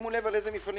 שימו לב על איזה מפעלים